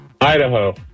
Idaho